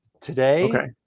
Today